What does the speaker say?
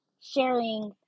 sharing